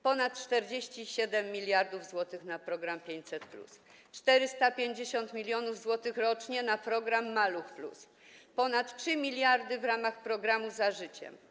Ponad 47 mld zł na program 500+, 450 mln zł rocznie na program „Maluch+”, ponad 3 mld w ramach programu „Za życiem”